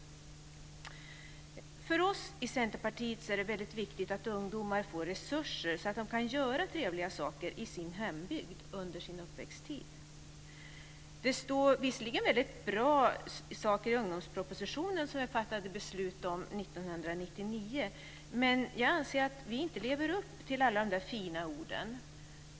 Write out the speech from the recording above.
För oss i Centerpartiet är det väldigt viktigt att ungdomar får resurser så att de kan göra trevliga saker i sin hembygd under sin uppväxttid. Det står visserligen väldigt bra saker i ungdomspropositionen som vi fattade beslut om 1999, men jag anser att vi inte lever upp till alla de fina orden.